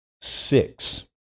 six